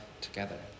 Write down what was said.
together